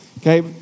Okay